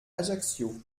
ajaccio